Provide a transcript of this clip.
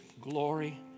glory